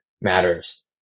matters